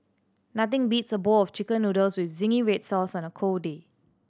nothing beats a bowl of Chicken Noodles with zingy red sauce on a cold day